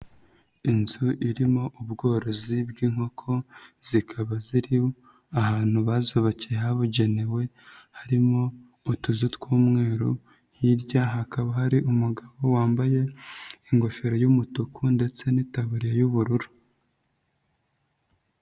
Inzu irimo ubworozi bw'inkoko, zikaba ziri ahantu bazubake habugenewe harimo utuzu tw'umweru, hirya hakaba hari umugabo wambaye ingofero y'umutuku ndetse n'itaburiya y'ubururu.